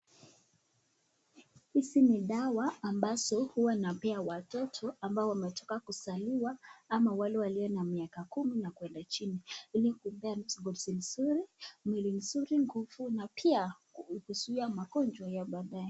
Hizi ni dawa ambazo huwa wanapea watoto ambao wametoka kuzaliwa ama wale walio na miaka kumi na kwenda chini ili kuwapea afya nzuri, mwili mzuri, nguvu na pia kuzuia magonjwa ya baadaye.